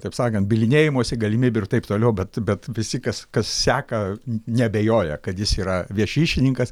taip sakant bylinėjimosi galimybių ir taip toliau bet bet visi kas kas seka neabejoja kad jis yra viešišininkas